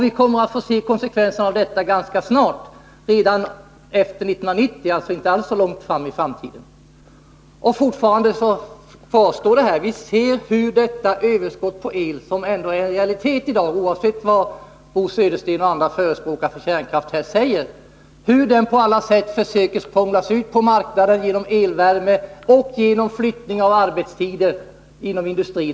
Vi kommer att få se konsekvenserna av detta ganska snart, redan efter 1990 — dvs. inte alls så långt fram i tiden. Fortfarande kvarstår detta: Vi ser hur det överskott av el som är en realitet i dag — oavsett vad Bo Södersten och andra förespråkare för kärnkraften säger — på alla sätt prånglas ut på marknaden, genom elvärme och genom flyttning av arbetstid inom industrin.